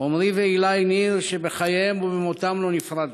עמרי ועילי ניר, שבחייהם ובמותם לא נפרדו,